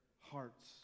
hearts